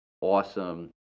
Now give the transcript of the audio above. awesome